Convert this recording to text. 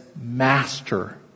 master